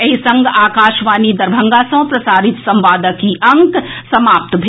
एहि संग आकाशवाणी दरभंगा सँ प्रसारित संवादक ई अंक समाप्त भेल